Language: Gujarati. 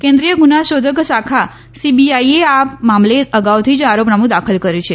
કેન્દ્રીય ગુના શોધક શાખા સીબીઆઇએ આ મામલે અગાઉથી જ આરીપનામું દાખલ કર્યુ છે